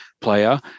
player